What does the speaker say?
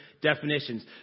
definitions